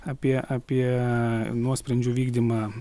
apie apie nuosprendžio vykdymą